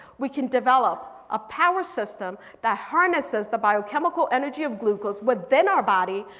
we can develop a power system that harnesses the biochemical energy of glucose within our body.